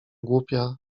głupia